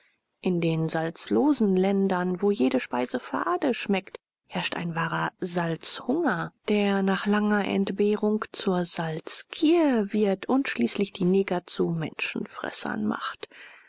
in den salzlosen ländern wo jede speise fade schmeckt herrscht ein wahrer salzhunger der nach langer entbehrung zur salzgier wird und schließlich die neger zu menschenfressern macht